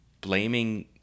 blaming